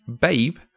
Babe